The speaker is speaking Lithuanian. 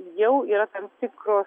jau yra tam tikros